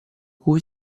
cui